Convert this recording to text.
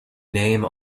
name